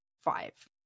Five